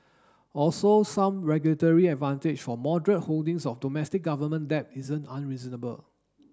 also some regulatory advantage for moderate holdings of domestic government debt isn't unreasonable